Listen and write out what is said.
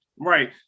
Right